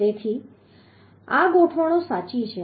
તેથી આ ગોઠવણો સાચી છે